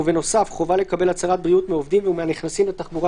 ובנוסף חובה לקבל בריאות מעובדים ומהנכנסים לתחבורה